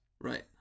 Right